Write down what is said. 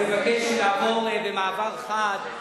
אני מבקש לעבור במעבר חד,